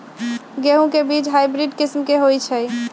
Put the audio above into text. गेंहू के बीज हाइब्रिड किस्म के होई छई?